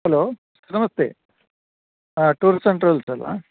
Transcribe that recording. hello ನಮಸ್ತೆ tour centre